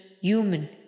human